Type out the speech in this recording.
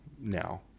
now